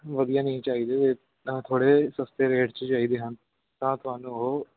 ਵਧੀਆ ਨਹੀਂ ਚਾਹੀਦੇ ਤਾਂ ਥੋੜ੍ਹੇ ਸਸਤੇ ਰੇਟ 'ਚ ਚਾਹੀਦੇ ਹਨ ਤਾਂ ਤੁਹਾਨੂੰ ਉਹ